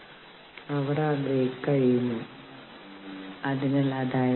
അതിൽ നിന്ന് ഗുണകരമായ ഒന്നും തന്നെ പുറത്തുവരില്ല എന്ന് പറയുന്നതാണ്